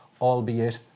albeit